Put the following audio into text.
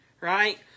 right